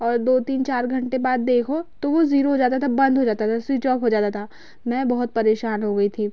और दो तीन चार घंटे बाद देखो तो वो ज़ीरो हो जाता था बंद हो जाता था स्विच ऑफ हो जाता था मैं बहुत परेशान हो गई थी